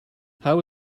how